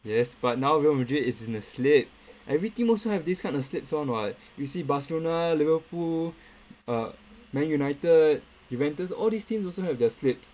yes but now Real Madrid is in a slip everything also have this kind of slips one what you see Barcelona Liverpool err Man United Juventus all these teams also have their slips